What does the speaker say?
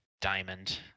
diamond